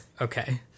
Okay